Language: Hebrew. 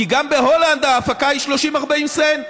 כי גם בהולנד ההפקה היא 30 40 סנט,